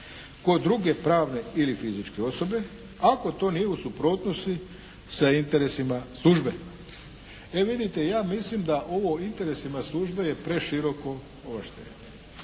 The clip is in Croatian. kod druge pravne ili fizičke osobe ako to nije u suprotnosti sa interesima službe. E vidite, ja mislim da ovo interesima službe je preširoko ovlaštenje.